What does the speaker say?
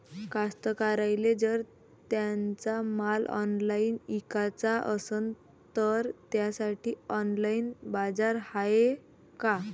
कास्तकाराइले जर त्यांचा माल ऑनलाइन इकाचा असन तर त्यासाठी ऑनलाइन बाजार हाय का?